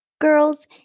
Girls